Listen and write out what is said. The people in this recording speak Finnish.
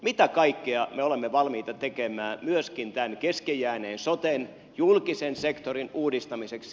mitä kaikkea me olemme valmiita tekemään myöskin tämän kesken jääneen soten julkisen sektorin uudistamiseksi